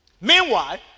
Meanwhile